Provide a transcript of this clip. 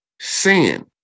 sin